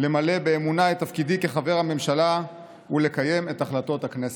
למלא באמונה את תפקידי כחבר הממשלה ולקיים את החלטות הכנסת.